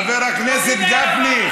חבר הכנסת גפני,